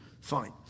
Fine